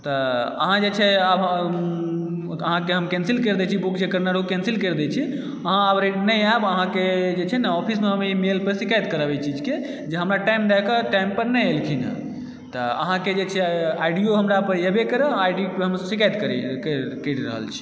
तऽ अहाँ जे छै आब अहाँकेँ हम कैन्सिल करि दए छी बुक जे करने रहौँ कैन्सिल करि दए छी अहाँ आब नहि आएब अहाँकेँ ऑफिसमे जे छै ने हम मेल पर शिकायत करब एहि चीजके जे हमरा टाइम दए कऽ टाइम पर नहि एलखिनहँ तऽ अहाँकेँ के जे छै आइडियो हमरा पर एबे करत आइ डी पर शिकायत करी करि करि रहल छी